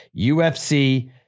UFC